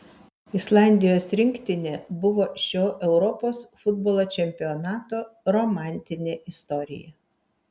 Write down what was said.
islandijos rinktinė buvo šio europos futbolo čempionato romantinė istorija